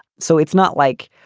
so it's not like,